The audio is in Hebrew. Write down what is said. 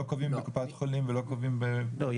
קובעים בקופת החולים ולא קובעים ב --- לא.